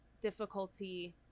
difficulty